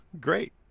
Great